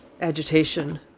agitation